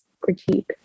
critique